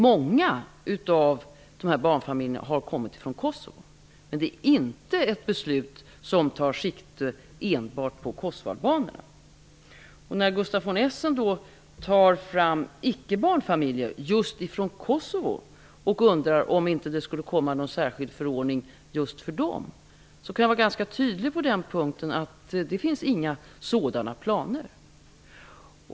Många av dessa barnfamiljer har kommit från Kosovo, men det är inte ett beslut som tar sikte enbart på kosovoalbaner. Gustaf von Essen undrar om det kommer en särskild förordning för andra grupper än barnfamiljer från just Kosovo. Jag kan vara ganska tydlig på den punkten och säga att det inte finns några sådana planer.